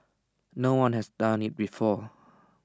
no one has done IT before